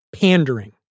pandering